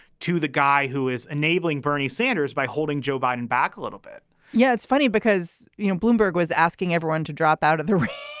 to the guy who is enabling bernie sanders by holding joe biden back a little bit yeah, it's funny because, you know, bloomberg was asking everyone to drop out of the race.